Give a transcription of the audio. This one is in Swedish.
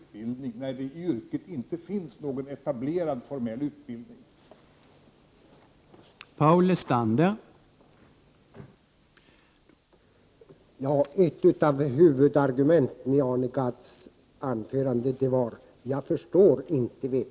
1988/89:126 utbildning, när det i yrket inte finns någon etablerad formell utbildning. 1 juni 1989